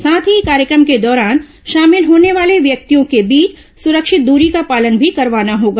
साथ ही कार्यक्रम के दौरान शामिल होने वाले व्यक्तियों के बीच सुरक्षित दूरी का पालन भी करवाना होगा